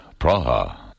Praha